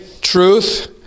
truth